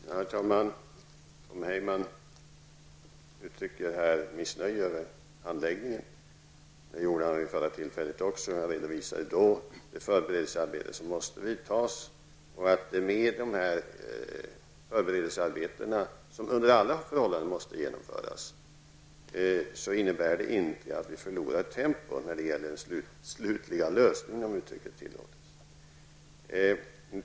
Herr talman! Tom Heyman uttrycker här missnöje över handläggningen av ärendet. Det gjorde han vid förra tillfället också. Då redovisade han det förberedelsearbete som måste genomföras. Detta förberedelsearbete som måste genomföras under alla förhållanden innebär inte att vi tappar tempo när det gäller, om uttrycket tillåts, den slutliga lösningen.